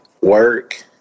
work